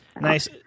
Nice